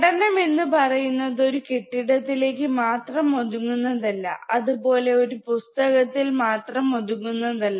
പഠനം എന്ന് പറയുന്നത് ഒരു കെട്ടിടത്തിലേക്ക് മാത്രം ഒതുങ്ങുന്നതല് അതുപോലെ ഒരു പുസ്തകത്തിൽ മാത്രം ഒതുങ്ങുന്നതല്ല